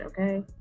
okay